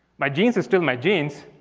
my jeans are still my jeans.